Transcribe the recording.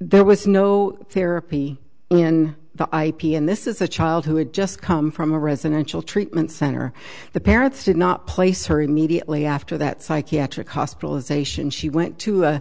there was no therapy in the ip and this is a child who had just come from a residential treatment center the parents did not place her immediately after that psychiatric hospitalization she went to a